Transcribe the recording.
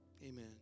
Amen